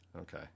Okay